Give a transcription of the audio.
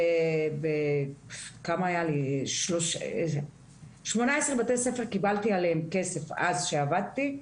על 18 בתי ספר קיבלתי כסף אז כשעבדתי.